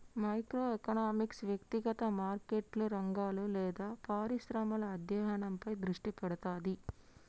micro economics వ్యక్తిగత markets, రంగాలు లేదా పరిశ్రమల అధ్యయనంపై దృష్టి పెడతది